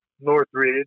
Northridge